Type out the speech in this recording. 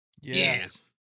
Yes